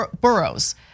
boroughs